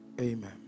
amen